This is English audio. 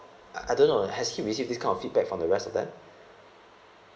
I I don't know has he received this kind of feedback from the rest of them